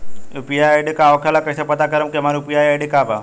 UPI ID का होखेला और कईसे पता करम की हमार यू.पी.आई आई.डी का बा?